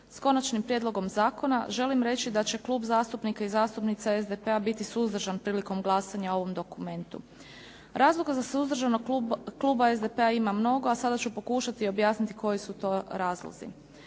s konačnim prijedlogom zakona želim reći da će Klub zastupnika i zastupnica SDP-a biti suzdržan prilikom glasanja o ovom dokumentu. Razloga za suzdržanost kluba SDP-a ima mnogo, a sada ću pokušati objasniti koji su to razlozi.